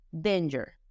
danger